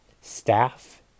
staff